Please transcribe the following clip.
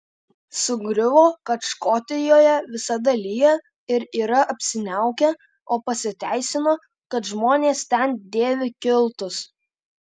sugriuvo kad škotijoje visada lyja ir yra apsiniaukę o pasiteisino kad žmonės ten dėvi kiltus